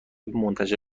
منتشر